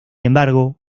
embargo